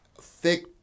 thick